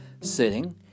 sitting